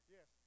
Yes